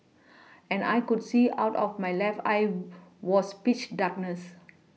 and I could see out of my left eye was pitch darkness